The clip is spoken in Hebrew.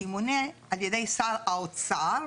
שימונה על ידי שר האוצר,